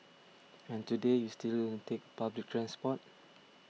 and today you still take public transport